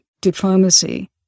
diplomacy